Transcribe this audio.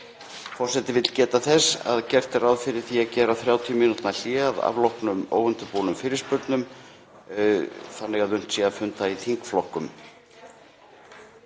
Forseti vill geta þess að gert er ráð fyrir því að gera 30 mínútna hlé að afloknum óundirbúnum fyrirspurnum þannig að unnt sé að funda í þingflokkum.